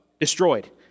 destroyed